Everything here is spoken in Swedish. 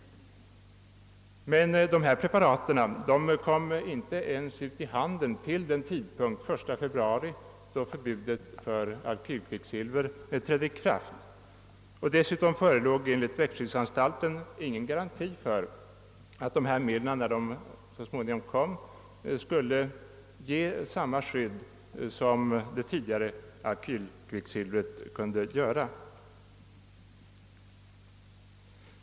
Men dessa preparat kom inte ens ut i handeln till den 1 februari, då förbudet mot alkylkvicksilver trädde i kraft. Dessutom förelåg enligt växtskyddsanstalten ingen garanti för att dessa medel, när de så små ningom kom, skulle ge samma skydd som de tidigare använda alkylkvicksilverpreparaten.